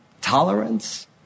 tolerance